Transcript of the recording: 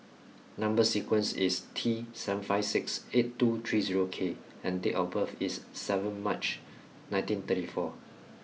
number sequence is T seven five six eight two three zero K and date of birth is seven March nineteen thirty four